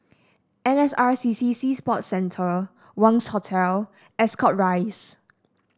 N S R C C Sea Sports Centre Wangz Hotel Ascot Rise